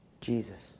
Jesus